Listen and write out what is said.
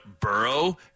Burrow